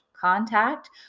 contact